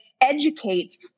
educate